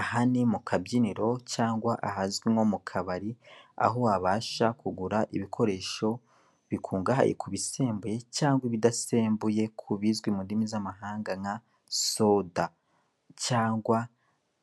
Aha ni mu kabyiniro cyangwa ahazwi nko mu kabari, aho wabasha kugura ibikoresho bikungahaye ku bisembuye cyangwa ibidasembuye, ku bizwi mu ndimi z'amahanga nka soda cyangwa